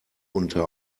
unter